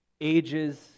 ages